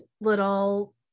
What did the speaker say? little